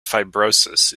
fibrosis